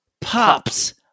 Pops